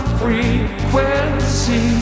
frequency